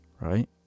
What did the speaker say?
Right